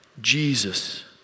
Jesus